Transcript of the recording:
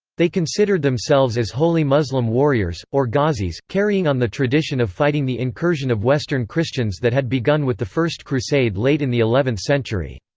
they considered themselves as holy muslim warriors, or ghazis, carrying on the tradition of fighting the incursion of western christians that had begun with the first crusade late in the eleventh century.